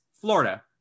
Florida